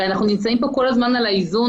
הרי אנחנו נמצאים פה כל הזמן על האיזון,